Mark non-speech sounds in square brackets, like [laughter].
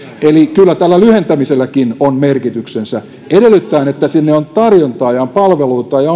eli kyllä tällä lyhentämiselläkin on merkityksensä edellyttäen että on tarjontaa palveluista ja kielikoulutuksista ja [unintelligible]